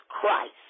Christ